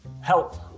help